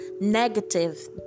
negative